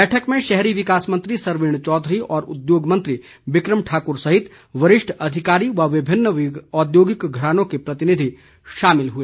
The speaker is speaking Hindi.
बैठक में शहरी विकास मंत्री सरवीण चौधरी और उद्योग मंत्री बिक्रम ठाकर सहित वरिष्ठ अधिकारी व विभिन्न औद्योगिक घरानों के प्रतिनिधि शामिल हुए